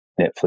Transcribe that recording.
Netflix